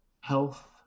health